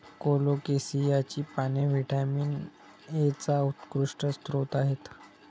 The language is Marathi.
कोलोकेसियाची पाने व्हिटॅमिन एचा उत्कृष्ट स्रोत आहेत